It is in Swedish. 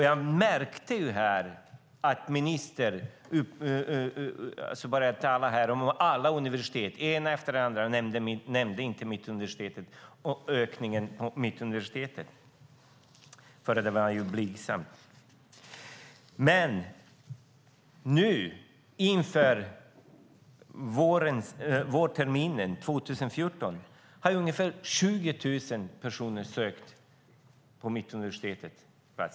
Jag märkte här att ministern började tala om alla universitet och nämnde det ena efter det andra, men han nämnde inte Mittuniversitetet och den blygsamma ökning som man fick. Inför vårterminen 2014 har ungefär 20 000 personer sökt till Mittuniversitetet.